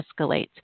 escalates